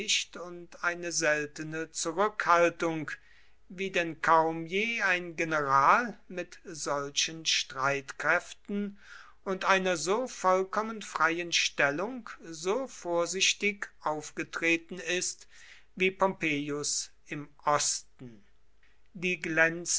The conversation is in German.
und eine seltene zurückhaltung wie denn kaum je ein general mit solchen streitkräften und einer so vollkommen freien stellung so vorsichtig aufgetreten ist wie pompeius im osten die